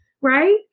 right